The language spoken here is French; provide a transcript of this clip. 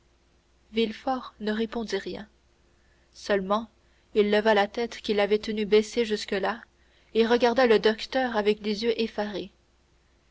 villefort ne répondit rien seulement il leva la tête qu'il avait tenue baissée jusque-là et regarda le docteur avec des yeux effarés